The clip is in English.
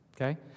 okay